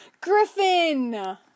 Griffin